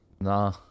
Nah